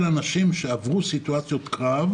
אנשי מקצוע אל אנשים שעברו סיטואציות קרב,